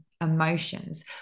Emotions